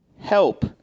help